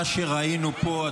מה שראינו פה,